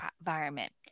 environment